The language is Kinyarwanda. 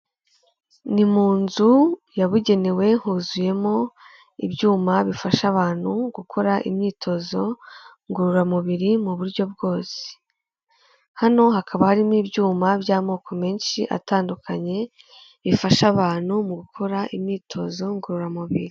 Ni mu nzu yabugenewe huzuyemo ibyuma bifasha abantu gukora imyitozo ngororamubiri, mu buryo bwose, hano hakaba harimo ibyuma by'amoko menshi atandukanye, bifasha abantu mu gukora imyitozo ngororamubiri.